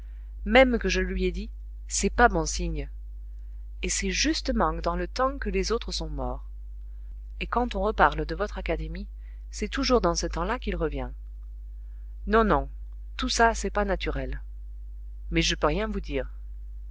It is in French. même que je lui ai dit c'est pas bon signe et c'est justement dans le temps que les autres sont morts et quand on reparle de votre académie c'est toujours dans ce temps-là qu'il revient non non tout ça c'est pas naturel mais je peux rien vous dire